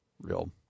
Real